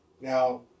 Now